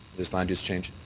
this land use change?